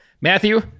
matthew